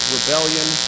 Rebellion